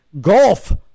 golf